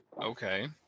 okay